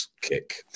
kick